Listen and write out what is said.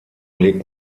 legt